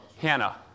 Hannah